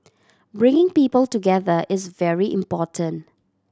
bringing people together is very important